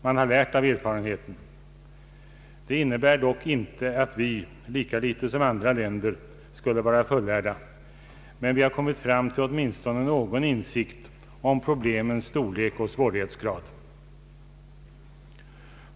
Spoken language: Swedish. Man har lärt av erfarenheten. Det innebär dock inte att vi — lika litet som andra länder — skulle vara fullärda, men vi har kommit fram till åtminstone någon insikt om problemens storlek och svårighetsgrad.